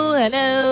hello